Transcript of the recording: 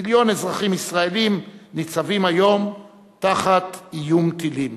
מיליון אזרחים ישראלים ניצבים היום תחת איום טילים,